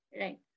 Right